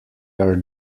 are